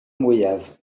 mwyaf